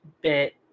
bit